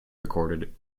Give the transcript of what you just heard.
recorded